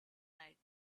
night